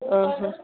ଓହୋ